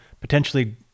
potentially